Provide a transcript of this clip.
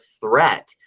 threat